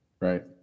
Right